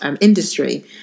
industry